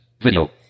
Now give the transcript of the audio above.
Video